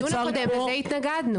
בדיון הקודם לזה התנגדנו.